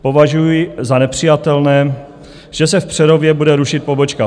Považuji za nepřijatelné, že se v Přerově bude rušit pobočka